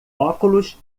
óculos